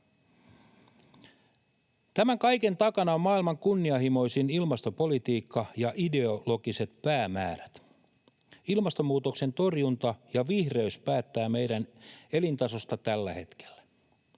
Tämän kaiken takana on maailman kunnianhimoisin ilmastopolitiikka ja ideologiset päämäärät. Ilmastonmuutoksen torjunta, vihreys, päättää meidän elintasostamme tällä hetkellä.